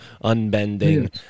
unbending